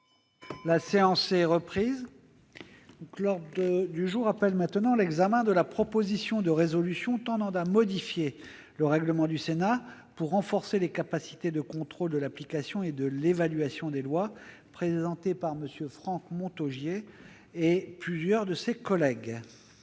La séance est reprise. L'ordre du jour appelle l'examen de la proposition de résolution tendant à modifier le règlement du Sénat pour renforcer les capacités de contrôle de l'application et de l'évaluation des lois, présentée par M. Franck Montaugé et plusieurs de ses collègues